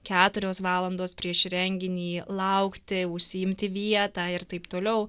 keturios valandos prieš renginį laukti užsiimti vietą ir taip toliau